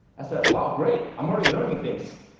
i said, wow, great, i'm already learning things.